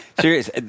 Serious